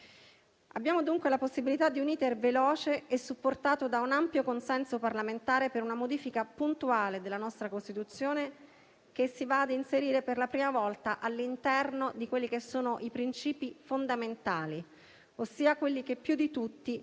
Abbiamo dunque la possibilità di un *iter* veloce e supportato da un ampio consenso parlamentare per una modifica puntuale della nostra Costituzione, che si va a inserire per la prima volta all'interno di quelli che sono i principi fondamentali, ossia quelli che più di tutti